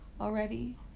already